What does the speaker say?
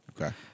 Okay